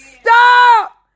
Stop